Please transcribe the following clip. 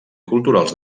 culturals